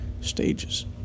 stages